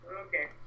Okay